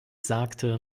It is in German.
sagte